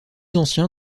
ancien